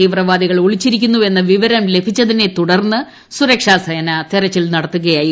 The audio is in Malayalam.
തീവ്രവാദികൾ ഒളിച്ചിരിക്കുന്നുവെന്ന വിവരം ലഭിച്ചതിനെ തുടർന്ന് സുരക്ഷാ സേന തെരച്ചിൽ നടത്തുകയായിരുന്നു